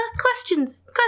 Questions